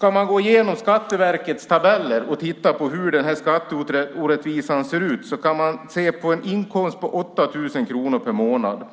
När man går igenom Skatteverkets tabeller och tittar på hur skatteorättvisan ser ut kan man se att med en inkomst på 8 000 kronor per månad